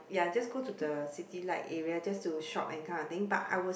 ya just go to the city like area just to shop and kind of thing but I will